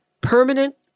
permanent